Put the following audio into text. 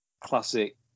classic